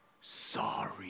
Sorry